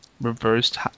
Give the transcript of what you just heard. reversed